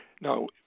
Now